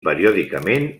periòdicament